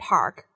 Park